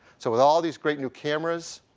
so with all these great new cameras,